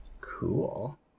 Cool